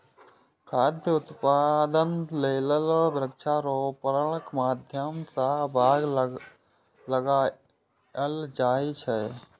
खाद्य उत्पादन लेल वृक्षारोपणक माध्यम सं बाग लगाएल जाए छै